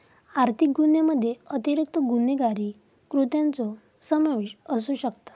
आर्थिक गुन्ह्यामध्ये अतिरिक्त गुन्हेगारी कृत्यांचो समावेश असू शकता